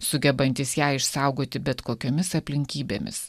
sugebantis ją išsaugoti bet kokiomis aplinkybėmis